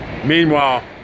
Meanwhile